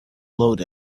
load